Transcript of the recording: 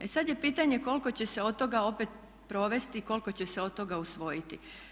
E sada je pitanje koliko će se od toga opet provesti i koliko će se od toga usvojiti.